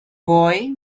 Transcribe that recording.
boy